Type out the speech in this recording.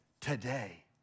today